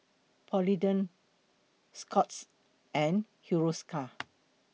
Polident Scott's and Hiruscar